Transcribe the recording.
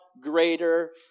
greater